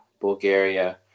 Bulgaria